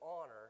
honor